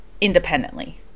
independently